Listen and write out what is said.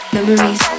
Memories